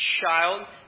child